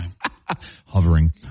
hovering